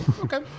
okay